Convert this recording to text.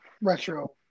retro